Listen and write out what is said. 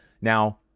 Now